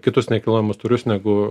kitus nešiojamus negu